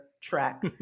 track